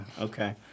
Okay